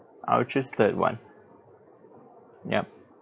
I'll choose third [one] ya